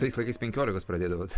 tais laikais penkiolikos pradėdavot